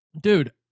Dude